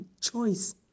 choice